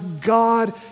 God